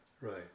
right